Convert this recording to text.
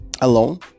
alone